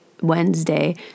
Wednesday